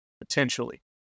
potentially